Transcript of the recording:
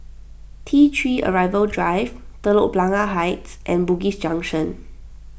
T three Arrival Drive Telok Blangah Heights and Bugis Junction